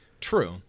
True